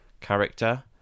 character